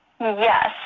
Yes